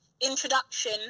introduction